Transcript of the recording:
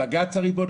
בג"ץ הוא הריבון,